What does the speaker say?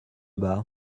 bat